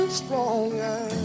stronger